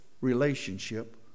relationship